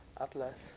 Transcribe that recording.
Atlas